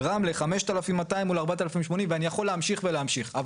רמלה 5,200 מול 4,080 ואני יכול להמשיך ולהמשיך.